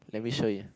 let me show you